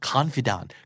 Confidant